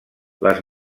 les